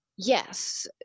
Yes